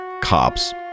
cops